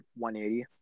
180